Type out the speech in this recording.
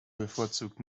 bevorzugt